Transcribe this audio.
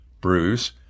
Bruce